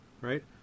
right